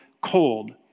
cold